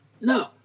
no